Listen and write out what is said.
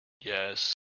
yes